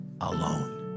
alone